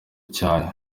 cyayo